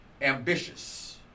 Ambitious